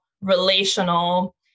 relational